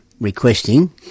requesting